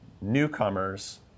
newcomers